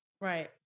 Right